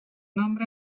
nombre